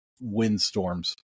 windstorms